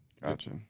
Gotcha